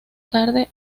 tarde